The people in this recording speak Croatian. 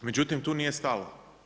Međutim, tu nije stalo.